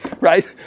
right